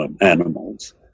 animals